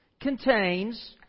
contains